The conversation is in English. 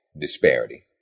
disparity